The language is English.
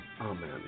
Amen